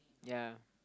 ya